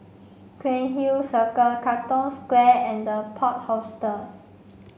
Cairnhill Circle Katong Square and The Plot Hostels